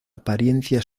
apariencia